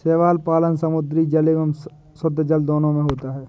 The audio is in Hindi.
शैवाल पालन समुद्री जल एवं शुद्धजल दोनों में होता है